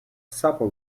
supper